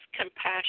compassion